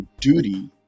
duty